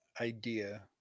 idea